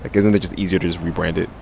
isn't it just easier to just rebrand it?